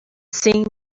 seeing